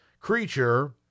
creature